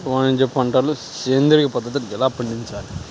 వాణిజ్య పంటలు సేంద్రియ పద్ధతిలో ఎలా పండించాలి?